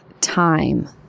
time